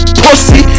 pussy